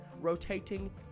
rotating